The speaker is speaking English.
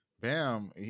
Bam